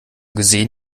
gesehen